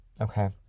Okay